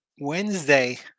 Wednesday